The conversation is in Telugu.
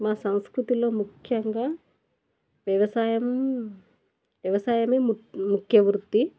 మా సంస్కృతిలో ముఖ్యంగా వ్యవసాయం వ్యవసాయమే ము ముఖ్య వృత్తి